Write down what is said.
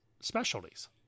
specialties